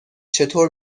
چطور